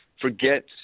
forget